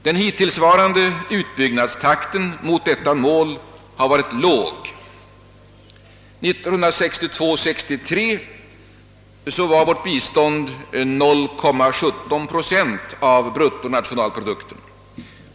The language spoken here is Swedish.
Den hittillsvarande utbyggnadstakten mot detta mål har varit låg. 1962/63 utgjorde vårt bistånd 0,17 procent av bruttonationalprodukten.